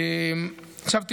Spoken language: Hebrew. עכשיו תראו,